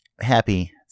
happy